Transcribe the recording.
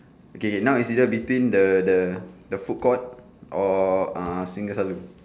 okay K now is either between the the the food court or uh singgah selalu